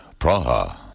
Praha